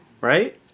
right